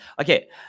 Okay